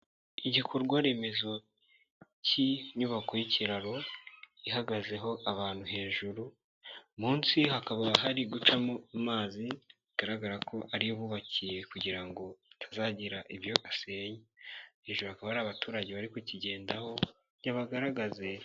Igikorwa remezo cy'inyubako y'ikiraro, ihagazeho abantu hejuru, munsi hakaba hari gucamo amazi, bigaragara ko ariyo bubakiye kugira ngo atazagira ibyo asenya, hejuru hakaba hari abaturage bari kukigendaho, ntibagaragaze.